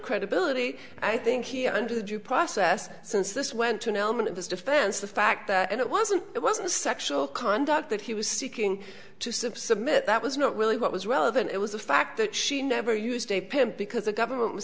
credibility i think here under the due process since this went to an element of this defense the fact that it wasn't it wasn't sexual conduct that he was seeking to subsume it that was not really what was relevant it was the fact that she never used a pimp because the government was